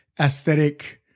aesthetic